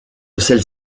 celles